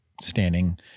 Standing